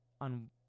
on